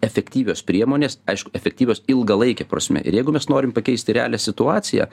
efektyvios priemonės aišku efektyvios ilgalaike prasme ir jeigu mes norim pakeisti realią situaciją